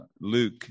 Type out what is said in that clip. Luke